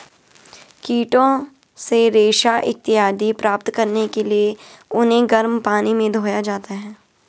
कीटों से रेशा इत्यादि प्राप्त करने के लिए उन्हें गर्म पानी में धोया जाता है